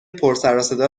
پرسرصدا